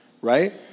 right